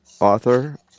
author